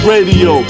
Radio